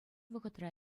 вӑхӑтра